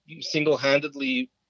single-handedly